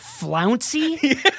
flouncy